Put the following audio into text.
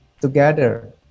together